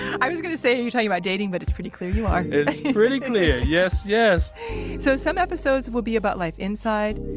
i was gonna say are and you talking about dating? but it's pretty clear you are it's pretty clear, yes yes so some episodes will be about life inside,